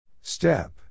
Step